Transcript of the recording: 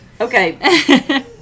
Okay